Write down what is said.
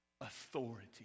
authority